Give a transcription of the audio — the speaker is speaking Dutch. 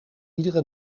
iedere